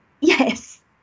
Yes